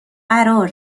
قرار